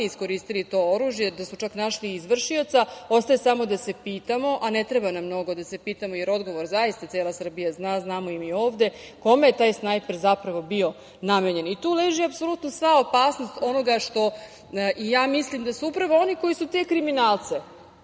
iskoristili to oružje, pa su čak našli i izvršioca. Ostaje samo da se pitamo, a ne treba nam mnogo da se pitamo, jer odgovor zaista cela Srbija zna, a znamo i mi ovde, kome je taj snajper zapravo bio namenjen. I tu leži sva opasnost. Mislim da su upravo oni koji su te kriminalce